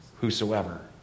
whosoever